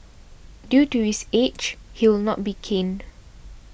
due to his age he will not be caned